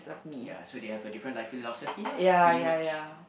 ya so they have a different life philosophy lah pretty much